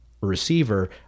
receiver